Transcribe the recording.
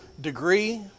degree